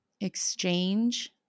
exchange